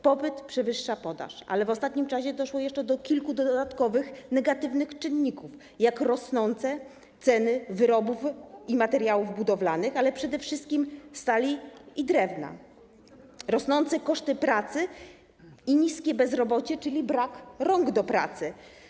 Popyt przewyższa podaż, ale w ostatnim czasie doszło jeszcze do kilku dodatkowych negatywnych czynników, jak rosnące ceny wyrobów i materiałów budowlanych, przede wszystkim stali i drewna, rosnące koszty pracy i niskie bezrobocie, czyli brak rąk do pracy.